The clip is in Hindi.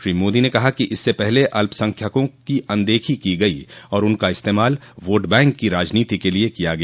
श्री मोदी ने कहा कि इसस पहले अल्पसंख्यकों की अनदेखी की गई और उनका इस्तेमाल वोट बैंक की राजनीति के लिए किया गया